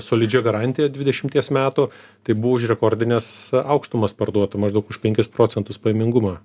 solidžia garantija dvidešimties metų tai buvo už rekordines aukštumas parduota maždaug už penkis procentus pajamingumą